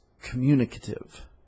communicative